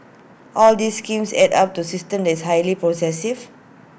all these schemes add up to system that is highly